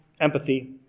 empathy